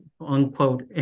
unquote